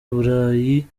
burayi